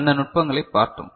அந்த நுட்பங்களைப் பார்த்தோம்